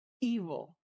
evil